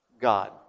God